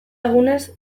egunez